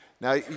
Now